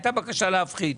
הייתה בקשה להפחית.